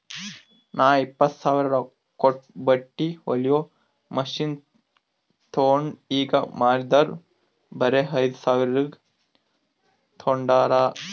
ನಾ ಇಪ್ಪತ್ತ್ ಸಾವಿರ ಕೊಟ್ಟು ಬಟ್ಟಿ ಹೊಲಿಯೋ ಮಷಿನ್ ತೊಂಡ್ ಈಗ ಮಾರಿದರ್ ಬರೆ ಐಯ್ದ ಸಾವಿರ್ಗ ತೊಂಡಾರ್